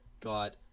got